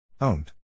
Owned